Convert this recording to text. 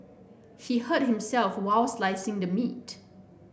he hurt himself while slicing the meat